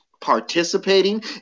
participating